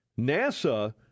NASA